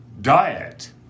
Diet